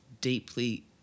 deeply